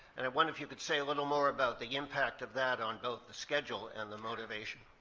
and i wondered if you could say a little more about the impact of that on both the schedule and the motivation.